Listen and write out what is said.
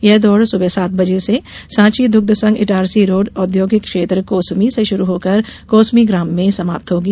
यह दौड सुबह सात बजे से सांची दुग्घ संघ इटारसी रोड औद्योगिक क्षेत्र कोसमी से शुरू होकर कोसमी ग्राम में समाप्त होगी